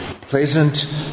pleasant